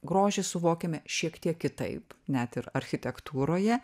grožį suvokiame šiek tiek kitaip net ir architektūroje